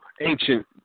ancient